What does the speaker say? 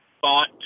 thought